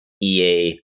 EA